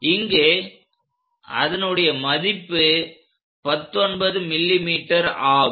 இங்கு அதனுடைய மதிப்பு 19 mm ஆகும்